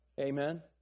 Amen